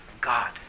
God